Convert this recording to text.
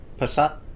Passat